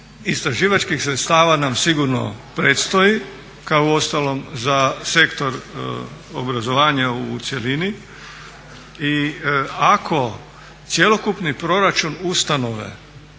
istraživačkih sredstava nam sigurno predstoji kao uostalom za sektor obrazovanja u cjelini. I ako cjelokupni proračun ustanove